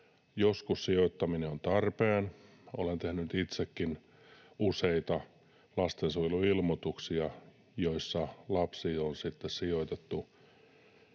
joskus sijoittaminen on tarpeen, ja olen tehnyt itsekin useita lastensuojeluilmoituksia, ja lapsi on sitten